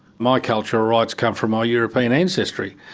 my cultural rights come from my european ancestry.